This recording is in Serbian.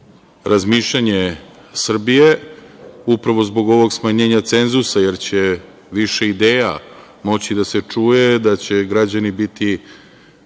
razmišljanje Srbije, upravo zbog ovog smanjenja cenzusa jer će više ideja moći da se čuje, da će građani biti